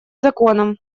законом